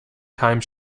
time